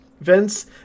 Vince